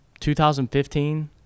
2015